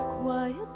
quiet